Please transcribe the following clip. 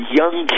young